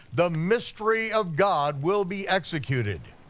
the mystery of god will be executed.